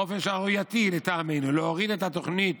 באופן שערורייתי, לטעמנו, להוריד את התוכנית